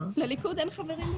כללית כמובן,